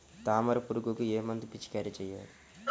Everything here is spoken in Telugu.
తామర పురుగుకు ఏ మందు పిచికారీ చేయాలి?